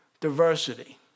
diversity